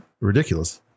ridiculous